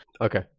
Okay